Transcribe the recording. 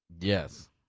Yes